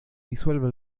disuelve